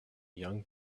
young